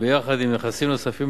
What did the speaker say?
יחד עם נכסים נוספים,